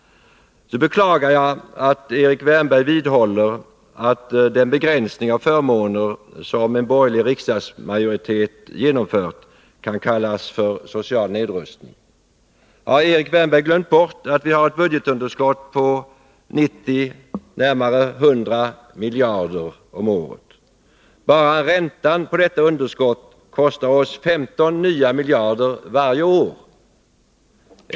Jag beklagar att Erik Wärnberg vidhåller att den begränsning av förmåner som en borgerlig riksdagsmajoritet genomförde kan kallas social nedrustning. Har Erik Wärnberg glömt bort att vi har ett budgetunderskott på närmare 100 miljarder om året? Bara räntan på detta underskott kostar oss 15 nya miljarder varje år.